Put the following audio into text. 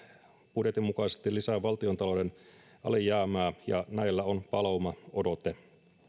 budjetin mukaisesti lisää valtiontalouden alijäämää ja näillä on palaumaodote